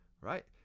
right